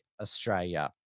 Australia